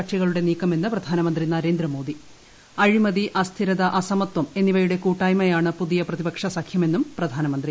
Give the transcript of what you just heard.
കക്ഷികളുടെ നീക്കമെന്ന് പ്രധാനമന്ത്രി നരേന്ദ്രമോദി അഴിമതി അസ്ഥിരത അസമത്വം എന്നിവയുടെ കൂട്ടായ്മയാണ് പുതിയ പ്രതിപക്ഷ സഖ്യമെന്നും പ്രധാനമന്ത്രി